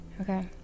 Okay